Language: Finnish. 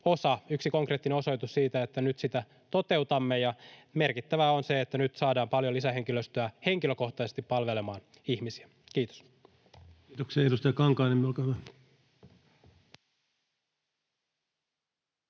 yksi konkreettinen osoitus siitä, että nyt sitä toteutamme. Ja merkittävää on se, että nyt saadaan paljon lisähenkilöstöä henkilökohtaisesti palvelemaan ihmisiä. — Kiitos. [Speech 103] Speaker: